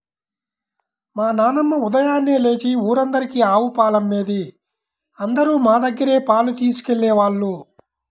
మా నాన్నమ్మ ఉదయాన్నే లేచి ఊరందరికీ ఆవు పాలమ్మేది, అందరూ మా దగ్గరే పాలు తీసుకెళ్ళేవాళ్ళు